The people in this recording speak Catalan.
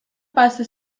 passa